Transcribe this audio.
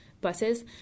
buses